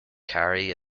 carry